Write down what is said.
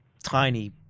tiny